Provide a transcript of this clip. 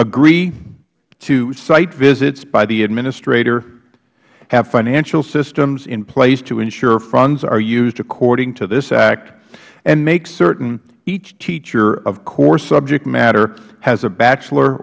agree to site visits by the administrator have financial systems in place to ensure funds are used according to this act and makes certain each teacher of core subject matter has a bachelor